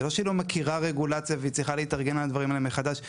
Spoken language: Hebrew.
זה לא שהיא לא מכירה רגולציה והיא צריכה להתארגן על הדברים האלה מחדש,